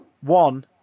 One